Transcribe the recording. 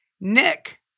Nick